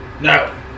No